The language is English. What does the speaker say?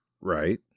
Right